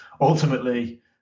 ultimately